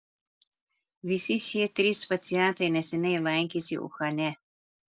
visi šie trys pacientai neseniai lankėsi uhane